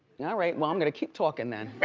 yeah right, well i'm gonna keep talkin' then.